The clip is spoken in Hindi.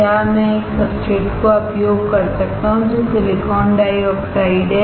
क्या मैं एक सब्सट्रेट का उपयोग कर सकता हूं जो सिलिकॉन डाइऑक्साइड है